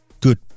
Good